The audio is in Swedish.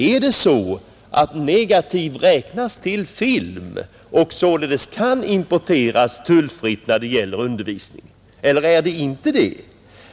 Är det så att negativ räknas till film och således kan importeras tullfritt när det gäller undervisning, eller är det inte det?